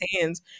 hands